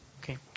Okay